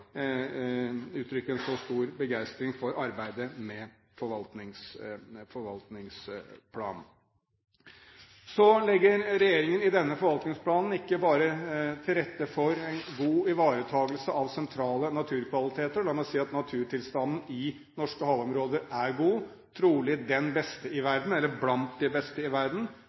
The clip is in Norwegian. uttrykker en så stor begeistring for arbeidet med forvaltningsplanen. I denne forvaltningsplanen legger regjeringen ikke bare til rette for en god ivaretakelse av sentrale naturkvaliteter. La meg si at naturtilstanden i norske havområder er god, trolig den beste eller blant de beste i verden.